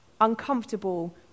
Uncomfortable